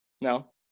no